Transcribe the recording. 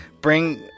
Bring